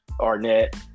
Arnett